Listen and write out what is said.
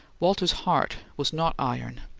walter's heart was not iron,